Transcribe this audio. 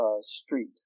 street